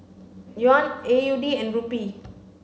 Yuan A U D and Rupee